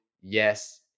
Yes